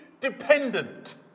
dependent